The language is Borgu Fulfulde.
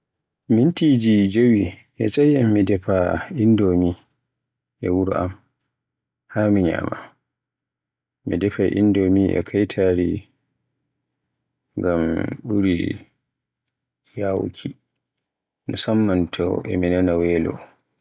Mintiji jewi hetcciyam mi defa Indomie e wuro am haa mi nyama, mi defaay Indomie e kaytaari ngam ɓuri yawuki. Musamman to e mi nana welo.